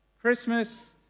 Christmas